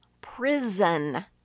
prison